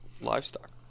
livestock